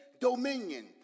dominion